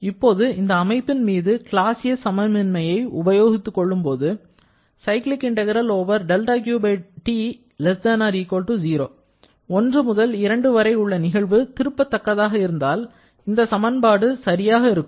இப்பொழுது இந்த அமைப்பின் மீது கிளாசியஸ் சமமின்மையை உபயோகித்துக் கொள்ளும் போது 1 முதல் 2 வரை உள்ள நிகழ்வு திருப்பத்தக்கதாக இருந்தால் இந்த சமன்பாடு சரியாக இருக்கும்